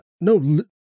no